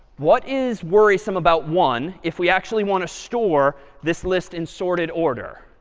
what is worrisome about one if we actually want to store this list in sorted order?